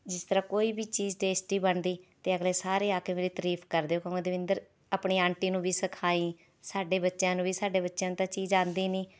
ਜਿਸ ਤਰ੍ਹਾਂ ਕੋਈ ਵੀ ਚੀਜ਼ ਟੇਸਟੀ ਬਣਦੀ ਤਾਂ ਅਗਲੇ ਸਾਰੇ ਆ ਕੇ ਮੇਰੀ ਤਰੀਫ਼ ਕਰਦੇ ਕਹੋਗੇ ਦਵਿੰਦਰ ਆਪਣੀ ਆਂਟੀ ਨੂੰ ਵੀ ਸਿਖਾਈ ਸਾਡੇ ਬੱਚਿਆਂ ਨੂੰ ਵੀ ਸਾਡੇ ਬੱਚਿਆਂ ਨੂੰ ਤਾਂ ਚੀਜ਼ ਆਉਂਦੀ ਨਹੀਂ